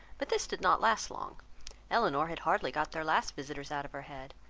but this did not last long elinor had hardly got their last visitors out of her head,